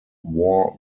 war